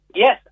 Yes